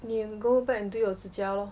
你 go back and do your 指甲 lor